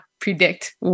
predict